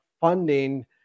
funding